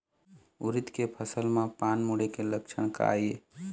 उरीद के फसल म पान मुड़े के लक्षण का ये?